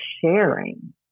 sharing